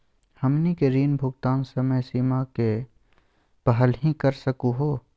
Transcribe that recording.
हमनी के ऋण भुगतान समय सीमा के पहलही कर सकू हो?